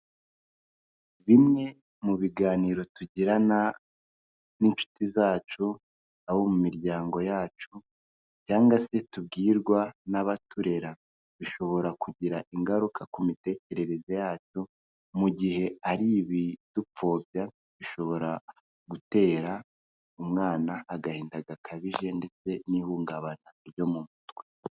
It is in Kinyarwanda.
Bimwe mu biganiro tugirana n'inshuti zacu, abo mu miryango yacu cyangwa se tubwirwa n'abaturera, bishobora kugira ingaruka ku mitekerereze yacu mu gihe ari ibidupfobya, bishobora gutera umwana agahinda gakabije ndetse n'ihungabana ryo mu mutwe.